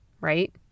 right